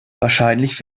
wahrscheinlich